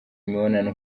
imibonano